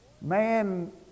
Man